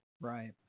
Right